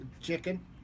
Chicken